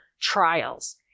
trials